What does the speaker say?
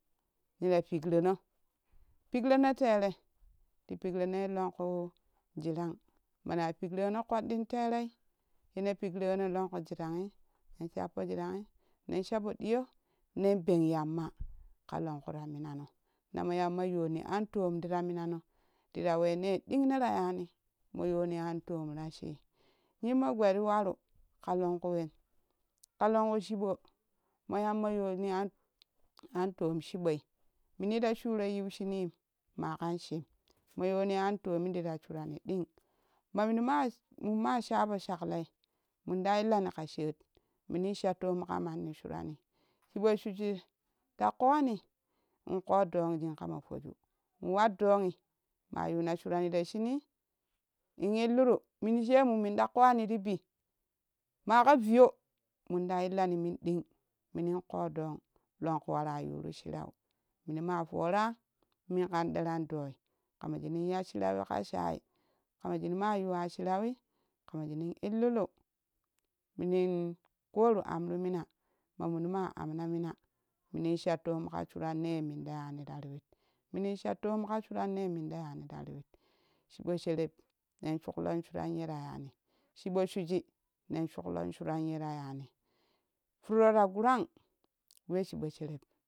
Nera pikrono pikrono tere ti pikronoi lonkuu jirang mana pikro no ƙoɗɗin terei yene pikrono lunkjiranhi nen shappo jiranghi nen shapoɗiyo nen beng yamma ƙa longku ta minano na mo yamma yoni antom tira minanon tira wena ding nera yani mo yoni antom rashii yimmo gbee riwaru ƙa longku wen ƙa longku wen ƙa longku chibo mo yamma yoni antom chiboi mini ta shuro yiu shumim ma kan shim mo yoni antomi rashi yimmo gbee ri waru ƙa longku wen ƙa longku chibo mo yamma yoni antom chiboi mini ta shuro yiu shunim ma kan shim mo yoni antomi tira surani ɗing ma mimma mimma sha po shakloi minta illani ƙa sheef minin sha toom ƙa manni surani chibo shuji ta ƙowani iuko ɗong shin kama to ju in watdoh ma yuna surani ta shuuni in-illiru minu shemu minta ƙowani ti bei maka viyo minta illani min ɗing minin ƙoo doong longku wara toru shirau minma foraa min kan diran doi kama shinin ya shirauwin ka shai ƙamashin ma yuwa shirawi kama shinin illiru minin koru amru mina ma mun maa ama mina mini shatom ka shiranne minda yani minim shatom ka shuranne minta yani riwit chiɓo sheerep nen shuklon suranne ta yani chiɓo shuji nen shuklon suran yera yani furrora gurang we chibo sherep